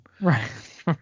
Right